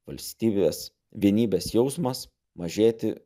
valstybės vienybės jausmas mažėti